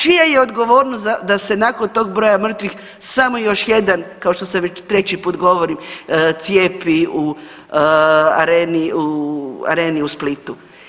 Čija je odgovornost da se nakon tog broja mrtvih samo još jedan, kao što sam već, 3. put govorim, cijepi u Areni u Splitu.